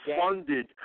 funded